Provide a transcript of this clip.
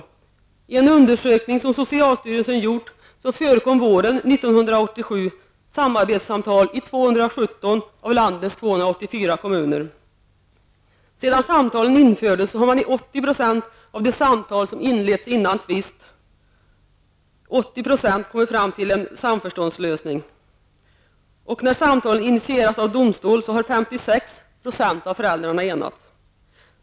Enligt en undersökning som socialstyrelsen gjort förekom våren 1987 Sedan samtalen infördes har man i 80 % av de samtal som inletts före tvist kommit fram till en samförståndslösning. När samtal initierats av domstol har 56 % av föräldrarna enats.